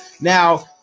Now